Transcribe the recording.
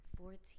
Fourteen